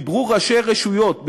דיברו ראשי רשויות,